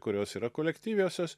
kurios yra kolektyvios